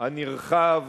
הנרחב